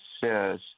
says